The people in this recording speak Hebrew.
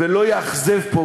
ולא יאכזב פה,